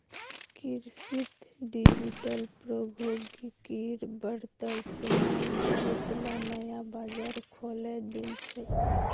कृषित डिजिटल प्रौद्योगिकिर बढ़ त इस्तमाल बहुतला नया बाजार खोले दिल छेक